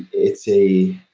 it's a